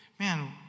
man